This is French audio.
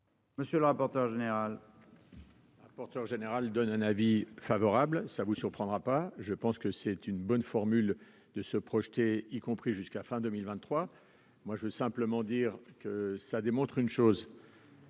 Monsieur le rapporteur général. Rapporteur général donne un avis favorable, ça vous surprendra pas, je pense que c'est une bonne formule de se projeter, y compris jusqu'à fin 2023, moi je veux simplement dire que ça démontre une chose.